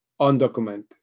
undocumented